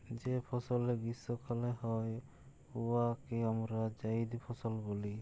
যে ফসলে গীষ্মকালে হ্যয় উয়াকে আমরা জাইদ ফসল ব্যলি